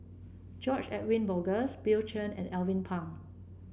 George Edwin Bogaars Bill Chen and Alvin Pang